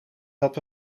dat